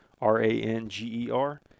r-a-n-g-e-r